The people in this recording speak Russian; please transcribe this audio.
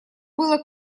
было